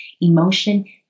emotion